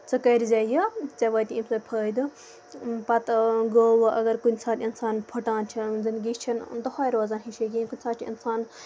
ژٕ کٔرزِ یہِ ژےٚ واتی امہِ سۭتۍ فٲیدٕ پَتہٕ گوٚو اَگر کُنہِ ساتہٕ اِنسان پھٹان چھُ زِندگی چھِ نہٕ دۄہٲے روزان ہِشی کیٚنہہ کُنہِ ساتہٕ چھُ اِنسان